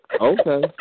Okay